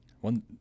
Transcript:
one